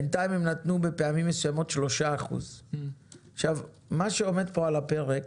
בינתיים הם נתנו בפעמים מסוימות 3%. מה שעומד פה על הפרק,